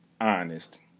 honest